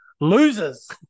Losers